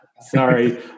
Sorry